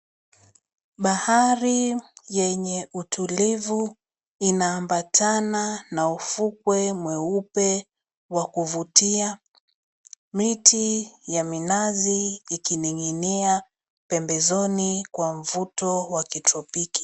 Bahari yenye utulivu inaambatana na ufukwe mweupe wa kuvutia. Miti ya minazi ikinig'inia pembezoni kwa mvuto wa kitropiki.